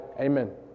Amen